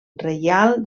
reial